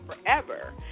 forever